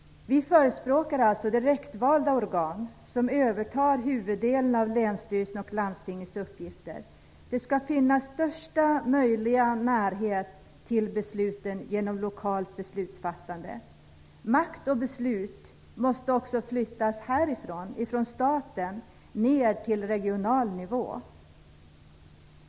Vi förespråkar alltså direktvalda organ, som övertar huvuddelen av länsstyrelsens och landstingets uppgifter. Det skall finnas största möjliga närhet till besluten genom lokalt beslutsfattande. Makt och beslut måste också flyttas härifrån, från staten, ned till regional nivå.